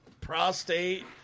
prostate